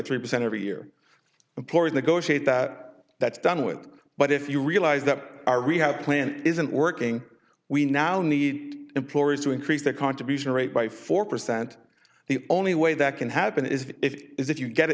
three percent every year employees negotiate that that's done with but if you realize that our rehab plan isn't working we now need employers to increase their contribution rate by four percent the only way that can happen is if is if you get